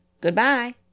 Goodbye